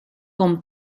con